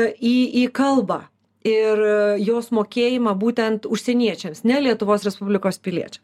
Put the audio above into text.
į į kalbą ir jos mokėjimą būtent užsieniečiams ne lietuvos respublikos piliečiam